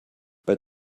bei